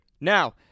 Now